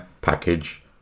package